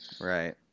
Right